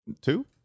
Two